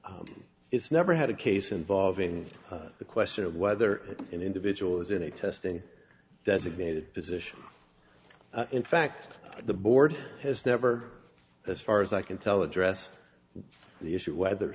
it's never had a case involving the question of whether an individual is in a testing designated position in fact the board has never as far as i can tell address the issue of whether